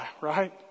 right